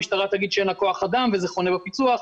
המשטרה תגיד שאין לה כוח אדם וזה חונה בפיצו"ח,